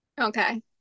Okay